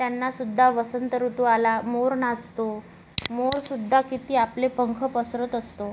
त्यांनासुद्धा वसंत ऋतू आला मोर नाचतो मोरसुद्धा किती आपले पंख पसरत असतो